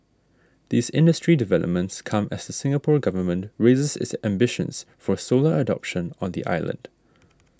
these industry developments come as the Singapore Government raises its ambitions for solar adoption on the island